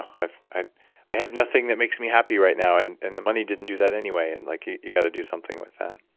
i i have nothing that makes me happy right now and and the money didn't do that anyway. and like you got to do something with that